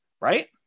right